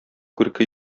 күрке